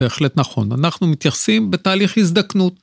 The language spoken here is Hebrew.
בהחלט נכון, אנחנו מתייחסים בתהליך הזדקנות.